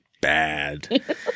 bad